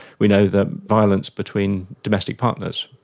we know that violence between domestic partners,